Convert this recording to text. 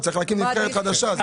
צריך להקים נבחרת חדשה.